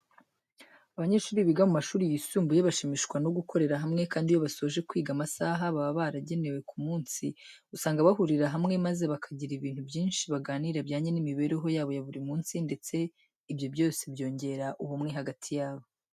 Abanyeshuri biga mu mashuri yisumbuye bashimishwa no gukorera hamwe kandi iyo basoje kwiga amasaha baba baragenwe ku munsi, usanga bahurira hamwe maze bakagira ibintu byinshi baganira bijyanye n'imibereho yabo ya buri munsi ndetse ibi byose byongera ubumwe hagati yabo.